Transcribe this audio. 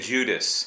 Judas